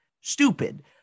stupid